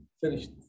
finished